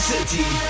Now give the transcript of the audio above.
City